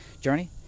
journey